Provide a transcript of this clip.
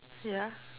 yeah